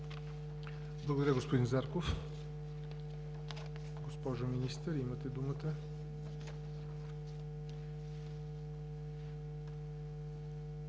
Благодаря, господин Зарков. Госпожо Министър, имате думата.